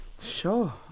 Sure